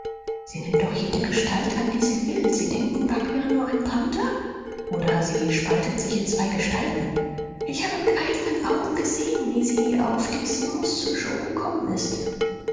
sie nimmt doch jede gestalt an die sie will sie denken bagh wäre nur ein panther oder sie spaltet sich in zwei gestalten ich habe mit eigenen augen gesehen wie sie auf die seance zu yoe gekommen ist